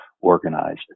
organized